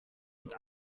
mit